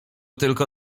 tylko